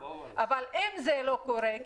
אבל אם זה לא קורה,